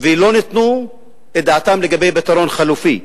ולא נתנו את דעתם לגבי פתרון חלופי.